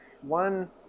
one